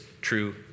true